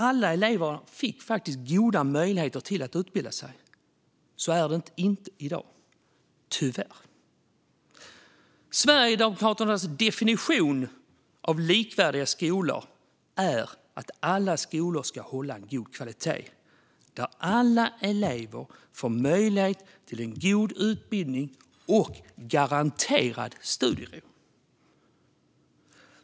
Alla elever fick goda möjligheter att utbilda sig. Så är det inte i dag, tyvärr. Sverigedemokraternas definition av likvärdiga skolor innebär att alla skolor ska hålla en god kvalitet så att alla elever får möjlighet till en god utbildning och garanterad studiero.